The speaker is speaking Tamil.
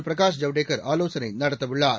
பிரகாஷ் ஜவ்டேகர் ஆவோசனை நடத்தவுள்ளார்